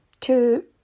two